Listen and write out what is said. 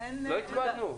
אין נמנעים,